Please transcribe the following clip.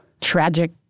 tragic